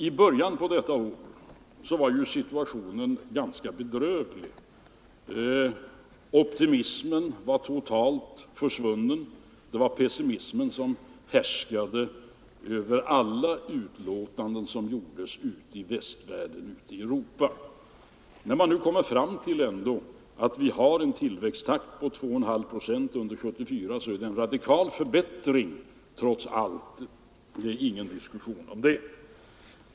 I början på detta år var situationen ganska bedrövlig. Optimismen var totalt försvunnen. Det var pessimismen som härskade över alla utlåtanden som gjordes i västvärlden ute i Europa. När man nu ändå kommer fram till att vi har en tillväxttakt på 2,5 procent 1974 är det trots allt en radikal förbättring — det är ingen diskussion om det.